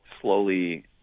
slowly